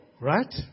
Right